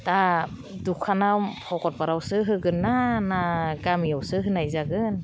दा दखाना भगतफारायावसो होगोनना ना गामियावसो होनाय जागोन